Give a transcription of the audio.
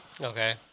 Okay